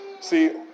See